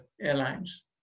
Airlines